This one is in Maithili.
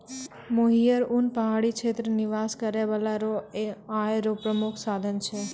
मोहियर उन पहाड़ी क्षेत्र निवास करै बाला रो आय रो प्रामुख साधन छै